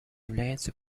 является